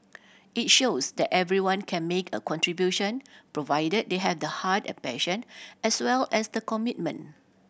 it shows that everyone can make a contribution provided they have the heart and passion as well as the commitment